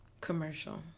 Commercial